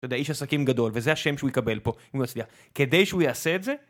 אתה יודע, איש עסקים גדול, וזה השם שהוא יקבל פה, אם הוא יצליח. כדי שהוא יעשה את זה...